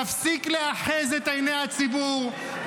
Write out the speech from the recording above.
תפסיק לאחז את עיני הציבור,